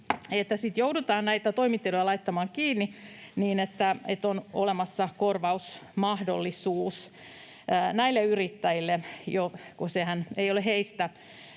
että joudutaan näitä toimitiloja laittamaan kiinni, niin on jo olemassa korvausmahdollisuus näille yrittäjille, kun sehän ei ole heistä